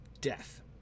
death